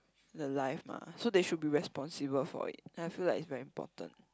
the life mah so they should be responsible for it then I feel like is very important